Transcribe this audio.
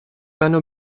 منو